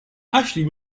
ashley